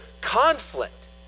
conflict